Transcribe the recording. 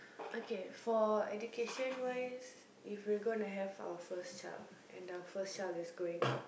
okay for education wise if we gonna have our first child and the first child is growing up